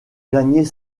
gagner